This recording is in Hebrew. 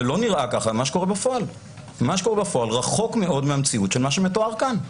מה שקורה בפועל רחוק מאוד מהמציאות של מה שמתואר כאן.